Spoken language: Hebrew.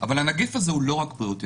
אבל הנגיף הזה הוא לא רק בריאותי.